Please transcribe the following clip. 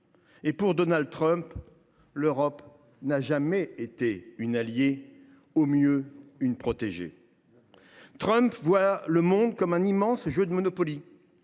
Et pour Donald Trump, l’Europe n’a jamais été une alliée ; au mieux, une protégée. Trump voit le monde comme un immense jeu de Monopoly,